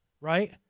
Right